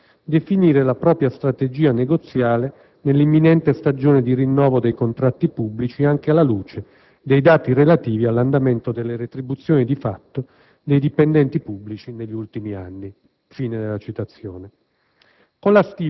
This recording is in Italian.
«definire la propria strategia negoziale nell'imminente stagione di rinnovo dei contratti pubblici anche alla luce dei dati relativi all'andamento delle retribuzioni di fatto dei dipendenti pubblici negli ultimi anni». Con la stipula